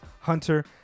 hunter